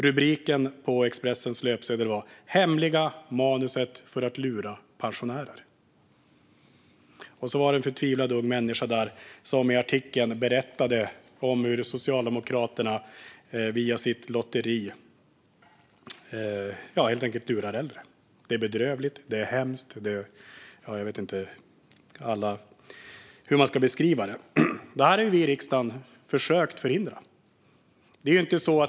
Rubriken på Expressens löpsedel var: "Hemliga manuset för att lura pensionärer". I artikeln var det en förtvivlad ung människa som berättade hur Socialdemokraterna via sitt lotteri helt enkelt lurade personer. Detta är bedrövligt. Det är hemskt. Jag vet inte hur man ska beskriva det. Detta har vi i riksdagen försökt förhindra.